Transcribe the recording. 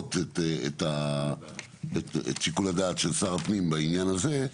להתוות את שיקול הדעת של שר הפנים בעניין הזה,